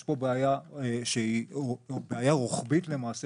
יש פה בעיה שהיא בעיה רוחבית למעשה,